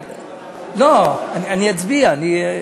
לא, אני אצביע, אני,